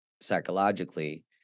psychologically